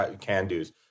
can-dos